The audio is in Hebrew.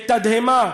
בתדהמה,